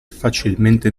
facilmente